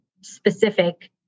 specific